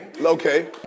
Okay